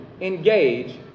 engage